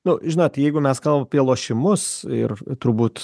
na žinot jeigu mes kalbam apie lošimus ir turbūt